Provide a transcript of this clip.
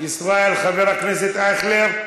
חבר הכנסת ישראל אייכלר,